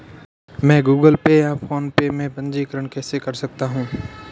मैं Google Pay या PhonePe में पंजीकरण कैसे कर सकता हूँ?